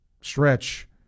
stretch